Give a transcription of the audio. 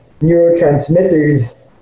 neurotransmitters